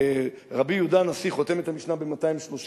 רבי יהודה הנשיא חותם את המשנה ב-230,